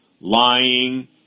lying